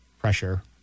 pressure